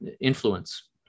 influence